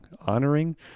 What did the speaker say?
honoring